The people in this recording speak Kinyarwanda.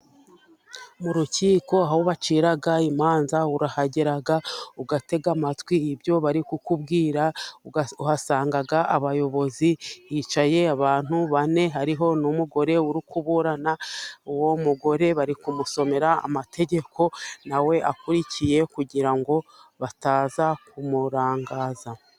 Mu rukiko aho baciraga imanza, urahagera ugatega amatwi ibyo bari kukubwira. Uhasanga abayobozi, hicaye abantu bane hariho n'umugore uri kuburana. Uwo mugore bari kumusomera amategeko, nawe akurikiye kugira ngo bataza kumurangaza.